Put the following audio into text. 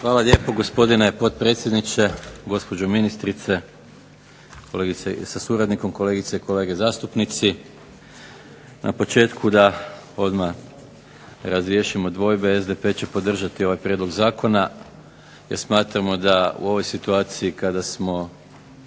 Hvala lijepo gospodine potpredsjedniče, gospođo ministrice, kolegice sa suradnikom, kolegice i kolege zastupnici. Na početku da odmah razriješimo dvojbe. SDP će podržati ovaj prijedlog zakona jer smatramo da u ovoj situaciji kada smo